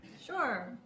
Sure